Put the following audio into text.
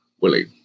Willie